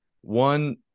one –